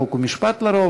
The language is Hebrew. חוק ומשפט לרוב,